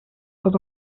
sort